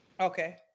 okay